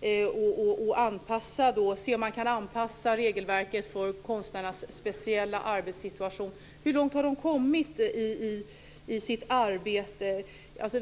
det går att anpassa regelverket för konstnärernas speciella arbetssituation kommit?